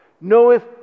knoweth